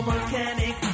Mechanic